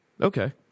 okay